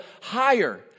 higher